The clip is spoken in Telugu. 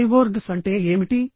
సైబోర్గ్స్ అంటే ఏమిటి